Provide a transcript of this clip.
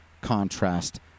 contrast